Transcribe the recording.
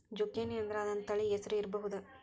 ಜುಕೇನಿಅಂದ್ರ ಅದೊಂದ ತಳಿ ಹೆಸರು ಇರ್ಬಹುದ